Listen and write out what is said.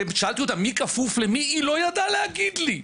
ושאלתי אותה מי כפוף למי, היא לא ידעה להגיד לי.